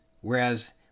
whereas